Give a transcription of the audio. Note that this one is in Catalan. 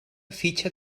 fitxa